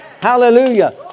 Hallelujah